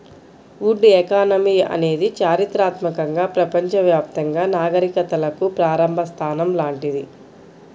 would economy అనేది చారిత్రాత్మకంగా ప్రపంచవ్యాప్తంగా నాగరికతలకు ప్రారంభ స్థానం లాంటిది